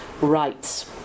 rights